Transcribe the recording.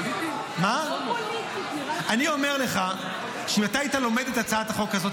אני אומר לך שאם אתה היית לומד את הצעת החוק הזאת,